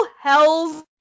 Hells